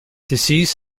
disease